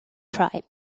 tribe